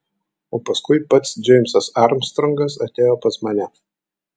o paskui pats džeimsas armstrongas atėjo pas mane